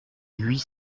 huit